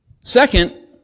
Second